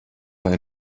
lai